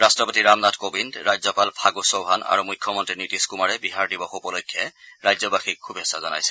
ৰাট্টপতি ৰামনাথ কোবিন্দ ৰাজ্যপাল ফাণ্ড চৌহান আৰু মুখ্যমন্তী নীতিশ কুমাৰে বিহাৰ দিৱস উপলক্ষে ৰাজ্যবাসীক শুভেচ্ছা জনাইছে